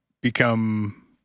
become